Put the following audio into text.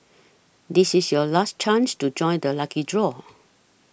this is your last chance to join the lucky draw